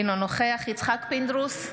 אינו נוכח יצחק פינדרוס,